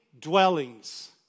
dwellings